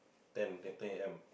ten ten ten A_M